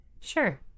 Sure